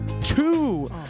two